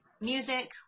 music